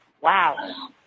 Wow